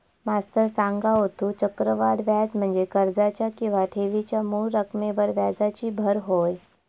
मास्तर सांगा होतो, चक्रवाढ व्याज म्हणजे कर्जाच्या किंवा ठेवीच्या मूळ रकमेवर व्याजाची भर होय